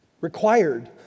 required